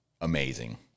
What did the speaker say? amazing